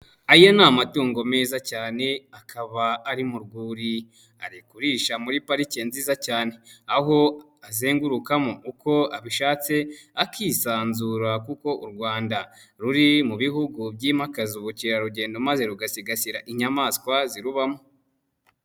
Ayo ni amatungo meza cyane akaba ari mu rwuri, ari kurisha muri parike nziza cyane aho azengurukamo uko abishatse akisanzura kuko u Rwanda ruri mu bihugu byimakaza ubukerarugendo maze rugasigasira inyamaswa zirubamo.